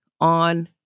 on